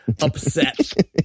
upset